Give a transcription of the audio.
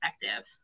effective